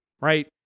right